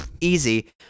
easy